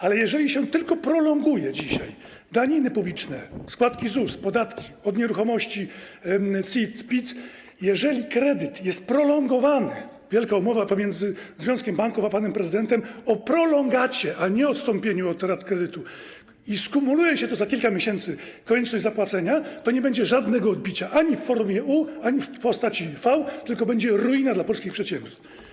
Ale jeżeli się tylko prolonguje dzisiaj daniny publiczne, składki ZUS, podatki od nieruchomości, CIT, PIT, jeżeli kredyt jest prolongowany, wielka umowa pomiędzy związkiem banków a panem prezydentem o prolongacie, a nie o odstąpieniu od rat kredytu, i skumuluje się to za kilka miesięcy, jeżeli chodzi o konieczność zapłacenia, to nie będzie żadnego odbicia ani w formie „U”, ani w postaci „V”, tylko będzie ruina w przypadku polskich przedsiębiorstw.